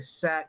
set